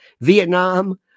Vietnam